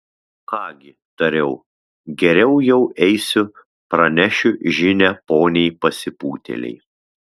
ką gi tariau geriau jau eisiu pranešiu žinią poniai pasipūtėlei